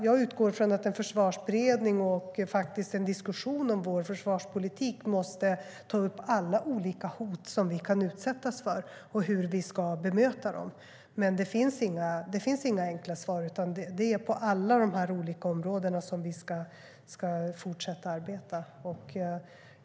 Jag utgår från att man i en försvarsberedning och i en diskussion om vår försvarspolitik måste ta upp alla olika hot som vi kan utsättas för och hur vi ska bemöta dem. Men det finns inga enkla svar, utan vi ska fortsätta arbeta på alla dessa olika områden.